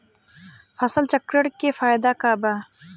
फसल चक्रण के फायदा का बा?